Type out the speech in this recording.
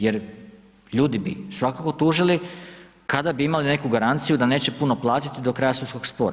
Jer ljudi bi svakako tužili kada bi imali neku garanciju da neće puno platiti do kraja sudskog spora.